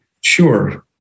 Sure